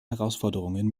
herausforderungen